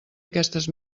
aquestes